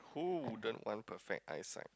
who wouldn't want perfect eyesight